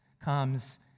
comes